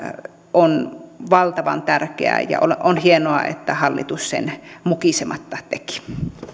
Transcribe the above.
on valtavan tärkeää ja on hienoa että hallitus sen mukisematta teki